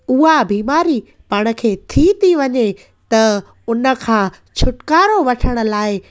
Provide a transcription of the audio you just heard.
उहा बीमारी पाण खे थी थी वञे त उन खां छुटकारो वठण लाइ